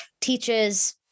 teaches